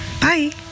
Bye